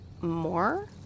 more